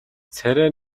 царай